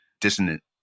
dissonant